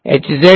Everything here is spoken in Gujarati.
વિદ્યાર્થી